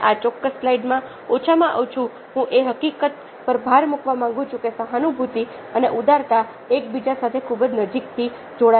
અનેઆ ચોક્કસ સ્લાઇડમાં ઓછામાં ઓછું હું એ હકીકત પર ભાર મૂકવા માંગુ છું કે સહાનુભૂતિ અને ઉદારતા એકબીજા સાથે ખૂબ જ નજીકથી જોડાયેલા છે